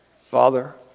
Father